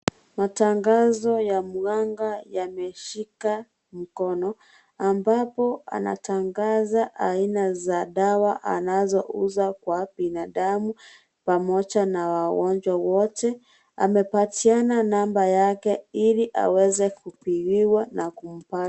Matangazo ya mganga yameshika mkono ambapo anatangaza aina za dawa anazouza kwa binadamu pamoja na wagonjwa wote amepatiana namba yake ili aweze kupigiwa na kumpata.